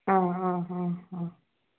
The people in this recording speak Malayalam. ആ ആ ആ ആ